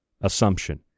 assumption